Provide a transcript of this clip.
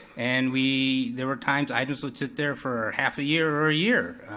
and we, there were times items would sit there for half a year or a year.